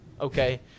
okay